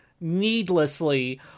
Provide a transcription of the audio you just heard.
needlessly